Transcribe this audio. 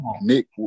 Nick